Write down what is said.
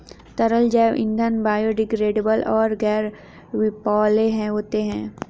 तरल जैव ईंधन बायोडिग्रेडेबल और गैर विषैले होते हैं